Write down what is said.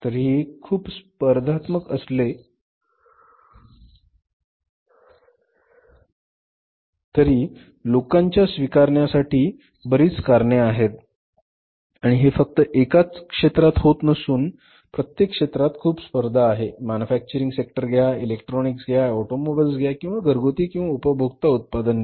तरीही खूप स्पर्धात्मक असले तरी लोकांच्या स्वीकारण्यासाठी बरीच कारणे आहेत आणि हे फक्त एकाच क्षेत्रात होत असून होत नसून प्रत्येक क्षेत्रात खुप स्पर्धा आहे मनुफॅक्चरिंग सेक्टर घ्या इलेक्ट्रॉनिक्स घ्या ऑटोमोबाईल ह्या किंवा घरगुती किंवा उपभोक्ता उत्पादन घ्या